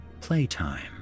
playtime